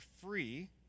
free